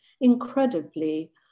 incredibly